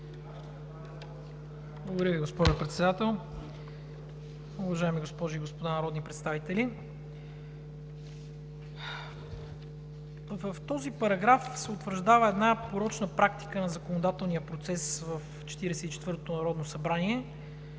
Благодаря Ви, госпожо Председател. Уважаеми госпожи и господа народни представители! В този параграф се утвърждава една порочна практика на законодателния процес в 44-тото народно събрание